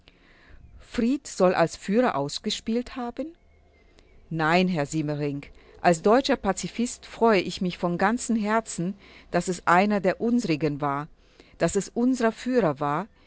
fried soll als führer ausgespielt haben nein herr siemering als deutscher pazifist freue ich mich von ganzem herzen daß es einer der unsrigen war daß es unser führer war